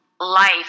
life